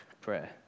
prayer